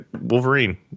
Wolverine